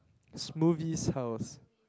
smoothie house